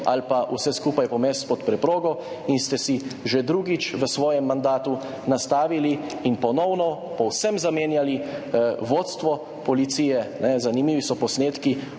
ali pa vse skupaj pomesti pod preprogo. Že drugič v svojem mandatu ste si nastavili in ponovno povsem zamenjali vodstvo Policije. Zanimivi so posnetki